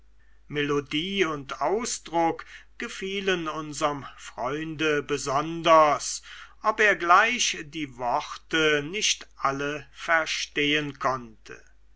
melodie und ausdruck gefielen unserem freunde besonders ob er gleich die worte nicht alle verstehen konnte